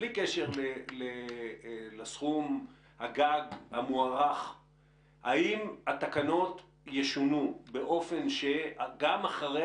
בלי קשר לסכום הגג המוערך התקנות ישונו באופן שגם אחרי